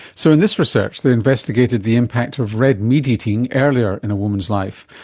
so in this research they investigated the impact of red meat eating earlier in a woman's life.